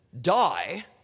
die